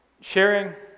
sharing